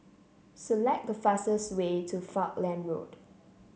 select the fastest way to Falkland Road